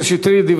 מאיר שטרית.